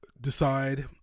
decide